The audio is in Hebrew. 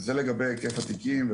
זה לגבי היקף התיקים,